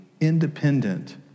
independent